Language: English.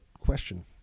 question